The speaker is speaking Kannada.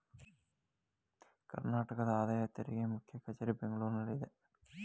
ಕರ್ನಾಟಕದ ಆದಾಯ ತೆರಿಗೆ ಮುಖ್ಯ ಕಚೇರಿ ಬೆಂಗಳೂರಿನಲ್ಲಿದೆ